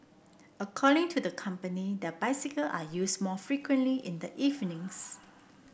according to the company their bicycle are used more frequently in the evenings